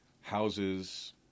houses